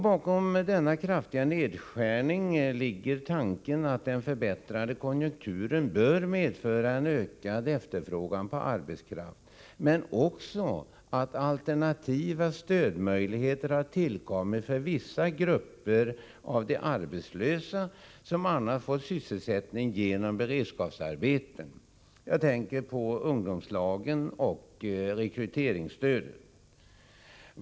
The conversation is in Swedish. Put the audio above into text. Bakom denna kraftiga nedskärning ligger tanken att den förbättrade konjunkturen bör medföra en ökad efterfrågan på arbetskraft men också att alternativa stödmöjligheter har tillkommit för vissa grupper av de arbetslösa som annars fått sysselsättning genom beredskapsarbeten. Jag tänker på ungdomslagen och rekryteringsstödet.